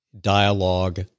dialogue